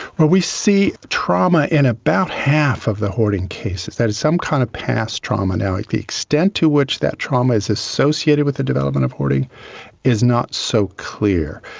well, we see trauma in about half of the hoarding cases, that is some kind of past trauma. like the extent to which that trauma is associated with the development of hoarding is not so clear.